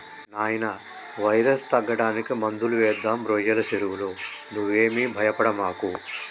నాయినా వైరస్ తగ్గడానికి మందులు వేద్దాం రోయ్యల సెరువులో నువ్వేమీ భయపడమాకు